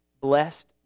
blessed